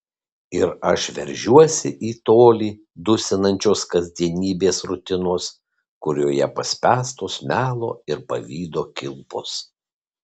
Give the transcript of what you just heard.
ir aš veržiuosi į tolį dusinančios kasdienybės rutinos kurioje paspęstos melo ir pavydo kilpos